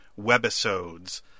webisodes